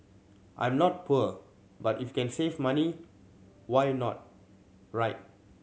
I'm not poor but if can save money why not right